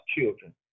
children